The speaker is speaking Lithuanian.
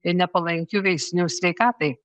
ir nepalankių veiksnių sveikatai